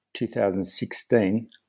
2016